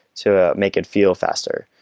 to make it feel faster.